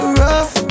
rough